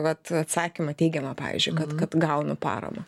vat atsakymą teigiamą pavyzdžiui kad kad gaunu paramą